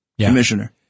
commissioner